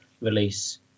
release